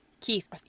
Keith